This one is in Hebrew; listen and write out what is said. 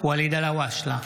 ואליד אלהואשלה,